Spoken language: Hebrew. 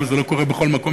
אבל זה לא קורה בכל מקום,